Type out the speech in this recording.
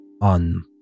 on